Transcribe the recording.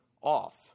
off